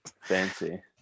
fancy